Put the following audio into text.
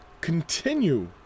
continue